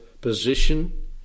position